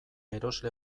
erosle